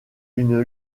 une